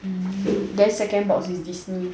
then second box is Disney